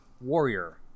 Warrior